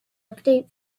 update